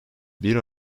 bir